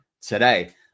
today